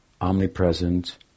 omnipresent